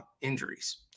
injuries